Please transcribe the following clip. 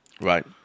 Right